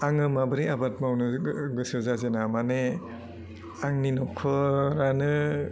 आङो माब्रै आबाद मावनो गोसो जाजेना माने आंनि नखरानो